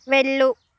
వెళ్ళు